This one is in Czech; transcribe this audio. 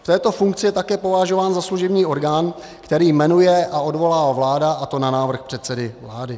V této funkci je také považován za služební orgán, který jmenuje a odvolává vláda, a to na návrh předsedy vlády.